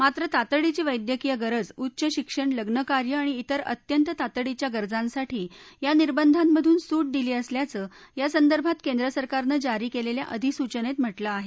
मात्र तातडीची वैद्यकीय गरज उच्च शिक्षण लम्नकार्य आणि इतर अत्यंत तातडीच्या गरजांसाठी या निर्बंधांमधून सूट दिली असल्याचं यासंदर्भात केंद्र सरकारनं जारी केलेल्या अधिसूचनेत म्हटलं आहे